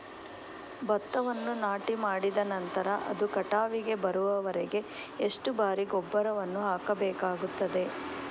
ಭತ್ತವನ್ನು ನಾಟಿಮಾಡಿದ ನಂತರ ಅದು ಕಟಾವಿಗೆ ಬರುವವರೆಗೆ ಎಷ್ಟು ಬಾರಿ ಗೊಬ್ಬರವನ್ನು ಹಾಕಬೇಕಾಗುತ್ತದೆ?